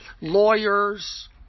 lawyers